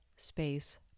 space